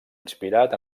inspirat